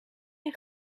een